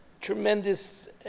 tremendous